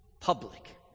public